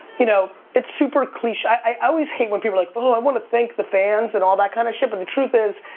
you know, it's super cliche, i always hate when people are like but i want to thank the fans, and all that kind of shit and the truth is,